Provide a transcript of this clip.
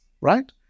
right